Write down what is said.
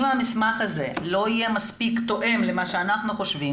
אם המסמך הזה לא יהיה מספיק תואם למה שאנחנו חושבים